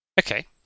Okay